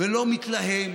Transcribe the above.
ולא מתלהם